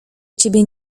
ciebie